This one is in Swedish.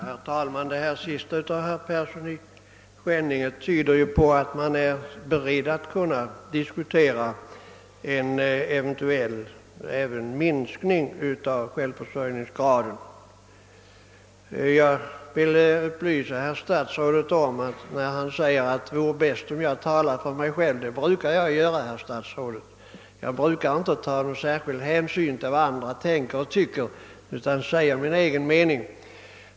Herr talman! Det sista herr Persson i Skänninge sade i sitt anförande tyder på att det finns de som är beredda att diskutera en minskning av självförsörjningsgraden till under 80 procent. Eftersom herr statsrådet tyckte att det vore bäst om jag talade enbart på egna vägar, vill jag upplysa om att det är vad jag brukar göra. Jag brukar inte ta någon särskild hänsyn till vad andra tänker och tycker, utan jag säger min egen mening.